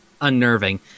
unnerving